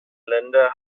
länder